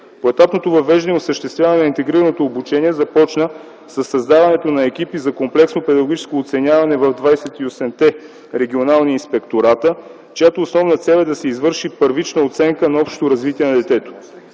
Поетапното въвеждане и осъществяване на интегрираното обучение започна със създаването на екипи за комплексно педагогическо оценяване в 28-те регионални инспектората, чиято основна цел е да се извърши първична оценка на общото развитие на детето.